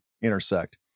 intersect